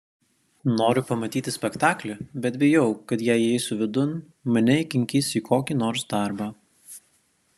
noriu pamatyti spektaklį bet bijau kad jei įeisiu vidun mane įkinkys į kokį nors darbą